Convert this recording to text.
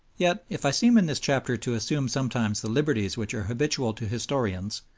yet, if i seem in this chapter to assume sometimes the liberties which are habitual to historians,